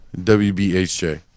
WBHJ